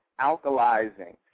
alkalizing